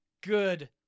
Good